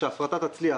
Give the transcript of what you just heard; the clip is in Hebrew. שההחלטה תצליח,